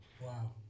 Wow